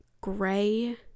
gray